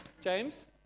James